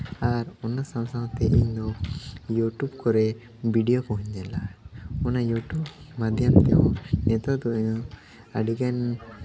ᱟᱨ ᱚᱱᱟ ᱥᱟᱶ ᱥᱟᱶᱛᱮ ᱤᱧᱫᱚ ᱤᱭᱩᱴᱩᱵᱽ ᱠᱚᱨᱮ ᱵᱷᱤᱰᱤᱭᱳ ᱠᱚᱦᱚᱸᱧ ᱧᱮᱞᱟ ᱚᱱᱟ ᱤᱭᱩᱴᱩᱵᱽ ᱢᱟᱫᱽᱫᱷᱚᱢ ᱛᱮᱦᱚᱸ ᱱᱤᱛᱚᱜ ᱫᱚ ᱤᱧᱫᱚ ᱟᱹᱰᱤᱜᱟᱱ